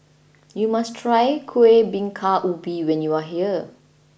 you must try Kuih Bingka Ubi when you are here